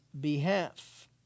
behalf